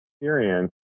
experience